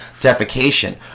defecation